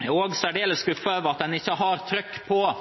Jeg er også særdeles skuffet over at en ikke har trykk på